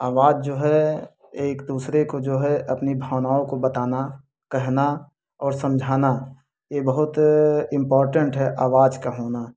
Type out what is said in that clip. आवाज़ जो है एक दूसरे को जो है अपनी भावनाओं को बताना कहना और समझाना ये बहुत इम्पौटेंट है आवाज़ का होना